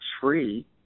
free